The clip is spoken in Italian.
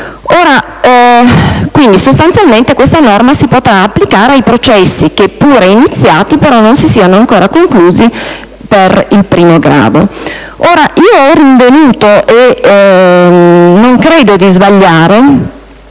grado. Sostanzialmente questa norma si potrà applicare ai processi che, pure iniziati, non si siano ancora conclusi in primo grado. Ho rinvenuto, e non credo di sbagliare,